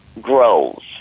grows